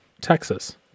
Texas